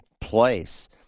place